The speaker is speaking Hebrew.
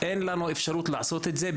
אין לנו אפשרות לעשות את זה,